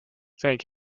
thank